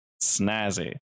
snazzy